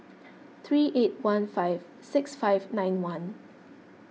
three eight one five six five nine one